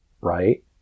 right